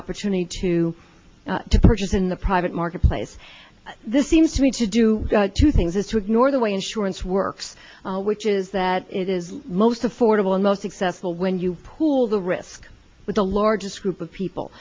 opportunity to to purchase in the private marketplace this seems to me to do two things is to ignore the way insurance works which is that it is most affordable and most successful when you pool the risk with the largest group of people